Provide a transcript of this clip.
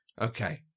Okay